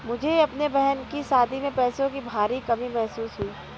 मुझे अपने बहन की शादी में पैसों की भारी कमी महसूस हुई